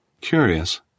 Curious